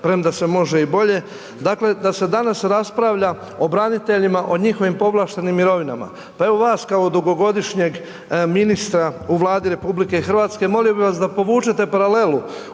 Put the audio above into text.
premda se može i bolje. Dakle da se danas raspravlja o braniteljima, o njihovim povlaštenim mirovinama. Pa evo vas kao dugogodišnjeg ministra u Vladi RH molio bih vas da povučete paralelu